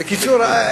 בקיצור,